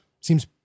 seems